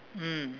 mm